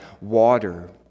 water